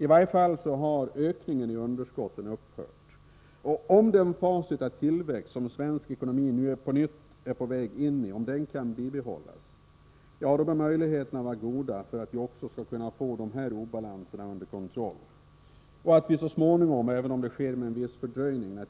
I varje fall har ökningen av underskotten upphört. Om den fas av tillväxt som svensk ekonomi nu på nytt är på väg in i kan bibehållas bör möjligheterna vara goda att få också de här obalanserna under kontroll och så småningom — även om det naturligtvis sker med en viss fördröjning